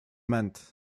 meant